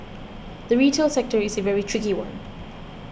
the retail sector is a very tricky one